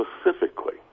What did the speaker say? specifically